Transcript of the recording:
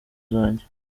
zanjye